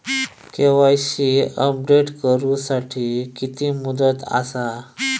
KYC update करू साठी किती मुदत आसा?